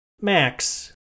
Max